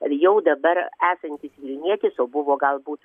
ar jau dabar esantis vilnietis o buvo galbūt